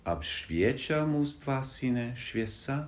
apšviečia mus dvasine šviesa